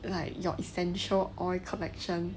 like your essential oil collection